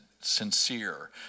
sincere